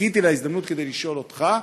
חיכיתי להזדמנות כדי לשאול אותך,